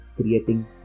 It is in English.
creating